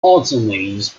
alternates